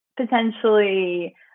potentially